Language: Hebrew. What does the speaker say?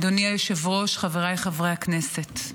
אדוני היושב-ראש, חבריי חברי הכנסת,